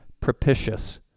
propitious